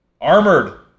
Armored